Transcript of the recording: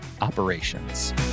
operations